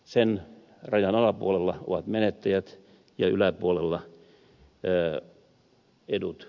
sen rajan alapuolella ovat menettäjät ja yläpuolella edut paranevat